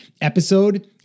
episode